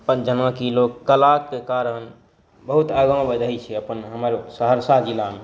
अ जेनाकि लोक कलाके कारण बहुत आगाँमे रहै छै अपन हमर सहरसा जिलामे